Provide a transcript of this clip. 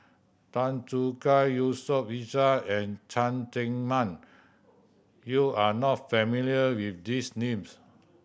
Tan Choo Kai Yusof Ishak and Cheng Tsang Man you are not familiar with these names